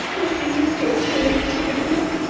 refuses to attend activities,